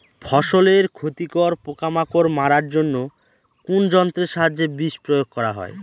ফসলের ক্ষতিকর পোকামাকড় মারার জন্য কোন যন্ত্রের সাহায্যে বিষ প্রয়োগ করা হয়?